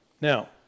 Now